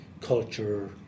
culture